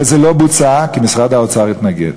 זה לא בוצע כי משרד האוצר התנגד.